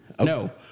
No